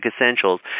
essentials